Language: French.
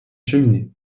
cheminées